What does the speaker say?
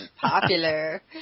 popular